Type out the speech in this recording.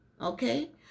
okay